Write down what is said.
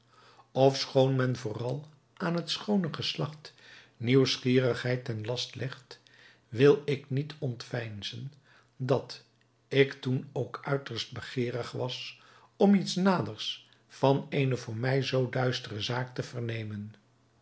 ofschoon men vooral aan het schoone geslacht nieuwsgierigheid ten laste legt wil ik niet ontveinzen dat ik toen ook uiterst begeerig was om iets naders van eene voor mij zoo duistere zaak te vernemen